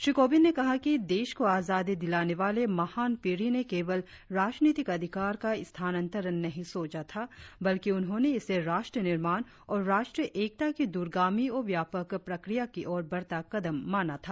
श्री कोविंद ने कहा कि देश को आजादी दिलाने वाली महान पीढ़ी ने केवल राजनितिक अधिकार का स्थानातंरण नहीं सोचा था बल्कि उन्होंने इसे राष्ट्र निर्माण और राष्ट्रीय एकता की दूरगामी और व्यापक प्रक्रिया की ओर बढ़ता कदम माना था